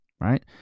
Right